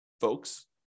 folks